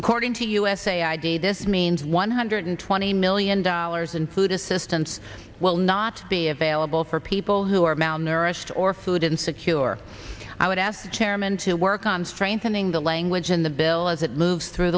according to usa id this means one hundred twenty million dollars in food assistance will not be available for people who are malnourished or food insecure or i would ask the chairman to work on strengthening the language in the bill as it moves through